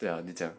对啊你这样